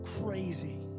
crazy